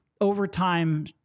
overtime